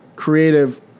creative